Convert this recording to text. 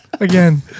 Again